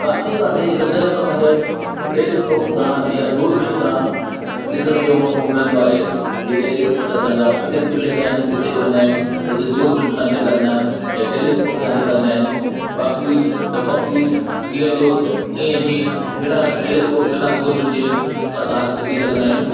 काथे काथे जेको ॾह परसेंट टैलीस्कोप सां या दूरबीन सां ॾिसण जो मौक़ो मिलंदो आहे जेके असांजा पिकनिक प्लेस आहिनि उते वेंदा आहियूं उते दूरबीन सां ॾेखारींदा आहिनि या टैलीस्कोप सां ॾेखारींदा आहिनि बाक़ी त पखी ॾींहं जो ईअं ई बिना टैलीस्कोप बिना दूरबीन जे असां ॾिसी सघंदा आहियूं